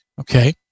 Okay